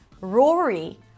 Rory